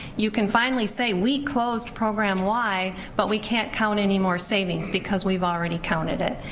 you can finally say, we closed program y, but we can't count any more savings, because we've already counted it.